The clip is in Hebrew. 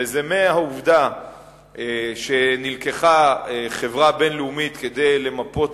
וזה מהעובדה שנלקחה חברה בין-לאומית כדי למפות